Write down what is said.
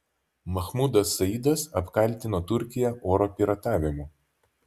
mahmudas saidas apkaltino turkiją oro piratavimu